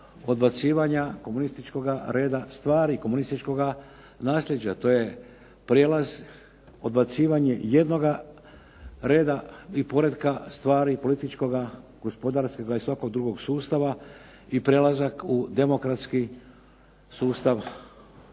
odbacivanja komunističkoga reda stvari, komunističkoga nasljeđa. To je prijelaz, odbacivanje jednoga reda i poretka stvari političkoga, gospodarskoga i svakog drugog sustava i prelazak u demokratski sustav